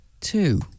two